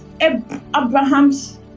Abraham's